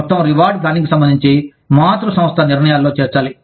మొత్తం రివార్డ్ ప్లానింగ్కు సంబంధించి మాతృ సంస్థ నిర్ణయాలలో చేర్చాలి